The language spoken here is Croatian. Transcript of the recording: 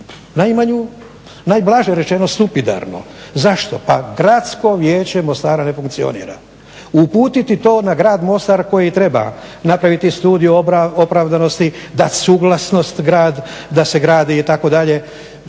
je najblaže rečeno stupidarno. Zašto? Pa Gradsko vijeće Mostara ne funkcionira. Uputiti to na grad Mostar koji treba napraviti Studiju opravdanosti, dati suglasnost da se gradi itd. To je